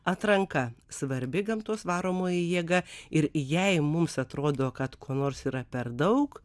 atranka svarbi gamtos varomoji jėga ir jei mums atrodo kad ko nors yra per daug